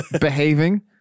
Behaving